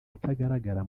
atagaragara